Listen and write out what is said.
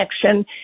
connection